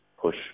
push